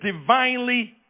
divinely